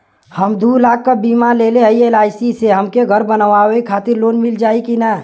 हम दूलाख क बीमा लेले हई एल.आई.सी से हमके घर बनवावे खातिर लोन मिल जाई कि ना?